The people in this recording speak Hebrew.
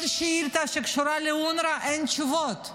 כל שאילתה שקשורה לאונר"א, אין תשובות.